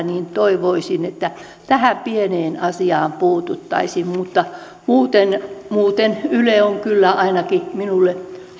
niin toivoisin että tähän pieneen asiaan puututtaisiin mutta muuten muuten yle on kyllä ainakin minulle